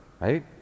right